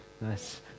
Nice